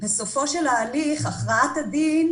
בסופו של ההליך הכרעת הדין,